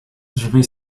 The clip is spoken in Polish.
drzwi